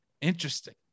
interesting